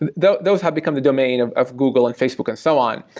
and those those have become the domain of of google and facebook and so on.